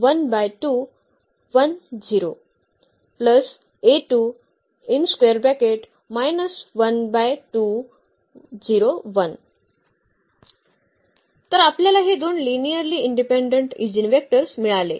तर आपल्याला हे दोन लिनिअर्ली इंडिपेंडेंट ईजीनवेक्टर्स मिळाले